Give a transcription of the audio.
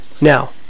Now